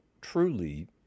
truly